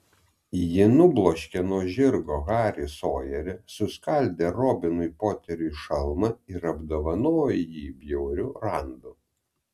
ji nubloškė nuo žirgo harį sojerį suskaldė robinui poteriui šalmą ir apdovanojo jį bjauriu randu